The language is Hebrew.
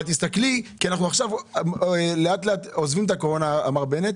אבל תסתכלי כי אנחנו לאט-לאט עוזבים את הקורונה כך אמר בנט,